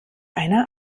einer